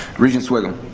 regent sviggum.